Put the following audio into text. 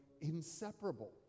inseparable